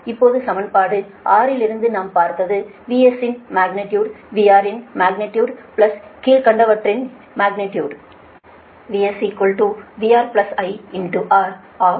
இப்போது சமன்பாடு 6 லிருந்து நாம் பார்த்தது VS இன் மக்னிடியுடு VR இன் மக்னிடியுடு பிளஸ் கீழ்க்கண்டவற்றின் இன் magnitude VS VR I R δ Xsin δ